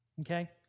okay